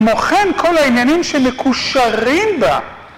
כמו כן כל העניינים שמקושרים בה